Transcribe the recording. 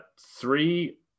three